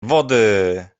wody